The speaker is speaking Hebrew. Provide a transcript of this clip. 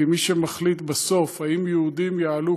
כי מי שמחליט בסוף אם יהודים יעלו,